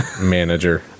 manager